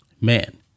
man